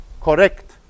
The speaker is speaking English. correct